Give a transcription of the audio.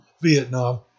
Vietnam